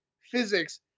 physics